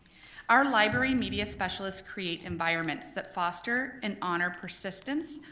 our library media specialists create environments that foster and honor persistence,